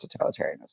totalitarianism